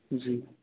जी